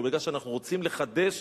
אלא בגלל שאנחנו רוצים לחדש